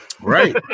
Right